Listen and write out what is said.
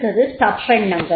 அடுத்தது தப்பெண்ணங்கள்